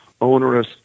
onerous